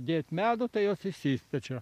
dėti medų tai jos išsispiečia